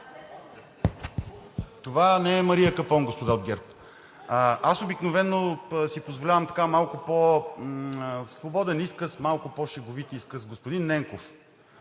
Аз не съм Мария Капон, господа от ГЕРБ. Аз обикновено си позволявам малко по-свободен и по-шеговит изказ. Господин Ненков,